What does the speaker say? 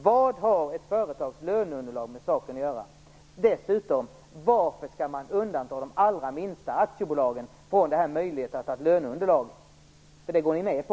Vad har ett företags löneunderlag med saken att göra? Varför skall man dessutom undanta de allra minsta aktiebolagen från möjligheten att använda sig av löneunderlaget? Det går ni ju med på.